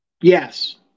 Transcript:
Yes